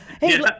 hey